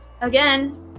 again